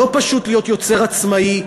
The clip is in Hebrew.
לא פשוט להיות יוצר עצמאי,